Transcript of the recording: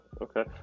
Okay